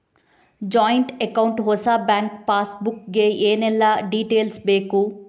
Joint account ಹೊಸ bank passbook ಗೆ ಏನೆಲ್ಲ ಡೀಟೇಲ್ಸ್ ಬೇಕು?